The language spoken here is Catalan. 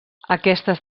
aquestes